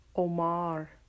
Omar